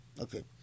okay